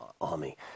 army